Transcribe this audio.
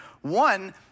One